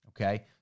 okay